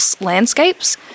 landscapes